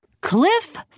Cliff